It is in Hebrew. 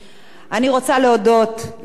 אני רוצה להודות לשר הבריאות,